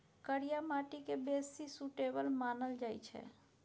करिया माटि केँ बेसी सुटेबल मानल जाइ छै